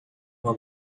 uma